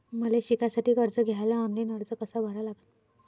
मले शिकासाठी कर्ज घ्याले ऑनलाईन अर्ज कसा भरा लागन?